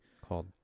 called